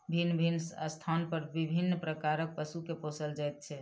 भिन्न भिन्न स्थान पर विभिन्न प्रकारक पशु के पोसल जाइत छै